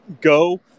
go